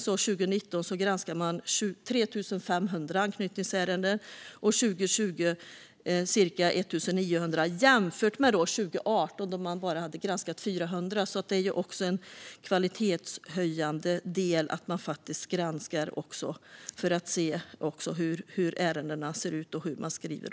Under 2019 granskades 3 500 anknytningsärenden och under 2020 cirka 1 900 ärenden, vilket kan jämföras med 2018 då bara 400 granskades. Det är en kvalitetshöjande del att granska hur ärendena ser ut och skrivs.